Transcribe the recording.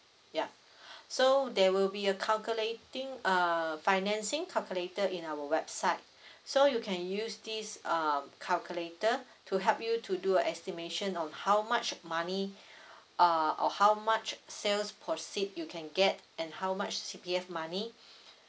ya so there will be a calculating uh financing calculator in our website so you can use this um calculator to help you to do estimation of how much money uh or how much sales proceed you can get and how much C_P_F money